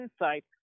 insight